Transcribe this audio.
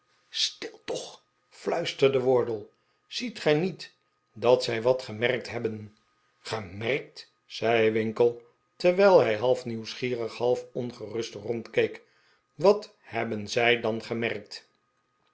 stil toch fluisterde wardle ziet gij niet dat zij wat gemerkt hebben gemerkt zei winkle terwijl hij half nieuwsgierig half ongerust rondkeek wat hebben zij dan gemerkt